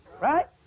right